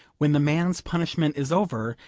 when the man's punishment is over,